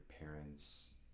parents